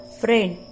friend